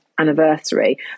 Anniversary